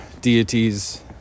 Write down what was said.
deities